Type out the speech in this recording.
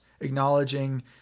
acknowledging